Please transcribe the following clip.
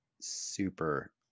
super